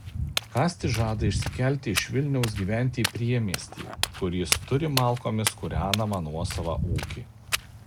kastis žada išsikelti iš vilniaus gyventi į priemiestį kur jis turi malkomis kūrenamą nuosavą ūkį